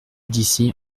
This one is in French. d’ici